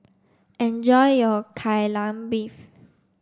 enjoy your Kai Lan Beef